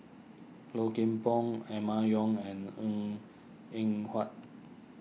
Low Kim Pong Emma Yong and Ng Eng Huat